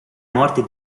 morti